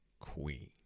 queen